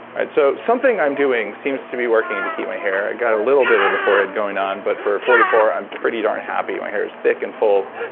so something i'm doing seems to be working to keep my hair. i got a little bit of the forehead going on, but for forty four, i'm pretty darn happy. my hair is thick and full,